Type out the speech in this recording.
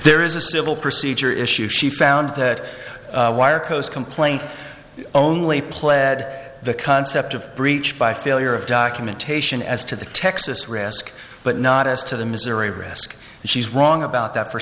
there is a civil procedure issue she found that wire coast complaint only pled the concept of breach by failure of documentation as to the texas risk but not as to the missouri risk and she's wrong about that for